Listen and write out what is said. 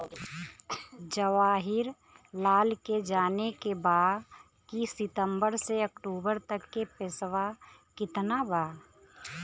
जवाहिर लाल के जाने के बा की सितंबर से अक्टूबर तक के पेसवा कितना बा?